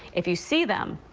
if you see them,